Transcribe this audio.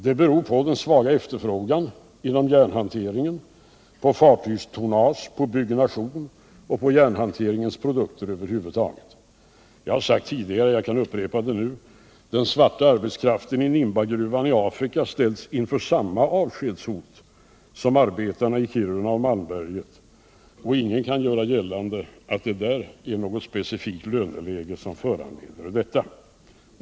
Det beror på den svaga efterfrågan inom järnhanteringen när det gäller fartygstonnage, material för byggnation och järnhanteringens produkter över huvud taget. Jag har sagt det tidigare och jag kan upprepa det nu: Den svarta arbetskraften i Nimbagruvan i Afrika ställs inför samma avskedshot som arbetarna i Kiruna och Malmberget, och ingen kan göra gällande att det beträffande Nimbagruvan är något speciellt löneläge som föranleder problemen.